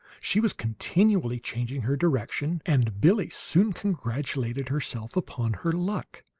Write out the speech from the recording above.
she was continually changing her direction and billie soon congratulated herself upon her luck.